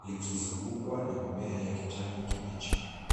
likisungukwa na mimea ya kijani kibichi.